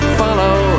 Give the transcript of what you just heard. follow